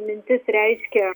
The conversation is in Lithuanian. mintis reiškia